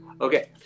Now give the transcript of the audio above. Okay